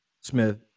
smith